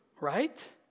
right